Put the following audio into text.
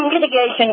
Mitigation